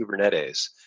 Kubernetes